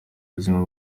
buzima